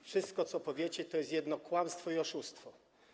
Wszystko, co powiecie, to jest jedno kłamstwo i oszustwo.